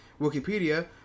Wikipedia